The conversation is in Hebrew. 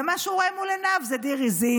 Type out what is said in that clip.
ומה שהוא רואה מול עיניו זה דיר עיזים,